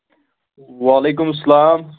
وعلیکُم اَسَلام